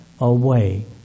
away